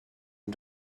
and